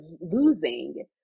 losing